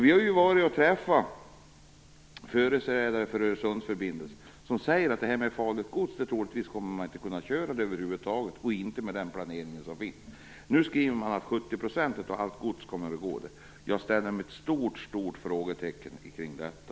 Vi har träffat företrädare för Öresundsförbindelsen som säger att man med den planering som finns troligtvis över huvud taget inte kommer att kunna transportera farligt gods här. Nu skriver man att 70 % av allt gods kommer att gå där. Jag sätter ett stort frågetecken för detta.